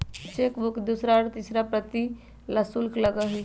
chequebook के दूसरा और तीसरा प्रति ला शुल्क लगा हई